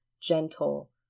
Gentle